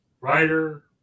writer